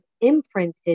imprinted